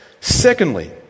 Secondly